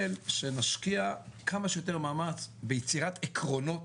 שנשקיע כמה שיותר מאמץ ביצירת עקרונות